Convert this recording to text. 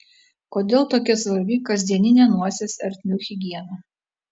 kodėl tokia svarbi kasdieninė nosies ertmių higiena